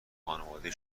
خانواده